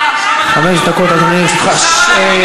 אה, עכשיו אנחנו גם אספסוף?